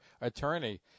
attorney